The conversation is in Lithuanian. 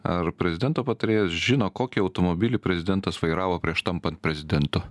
ar prezidento patarėjas žino kokį automobilį prezidentas vairavo prieš tampant prezidentu